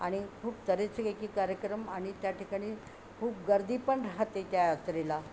आणि खूप तऱ्हेची एकेक कार्यक्रम आणि त्या ठिकाणी खूप गर्दी पण राहते त्या यात्रेला